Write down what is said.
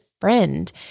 friend